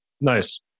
Nice